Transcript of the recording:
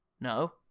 No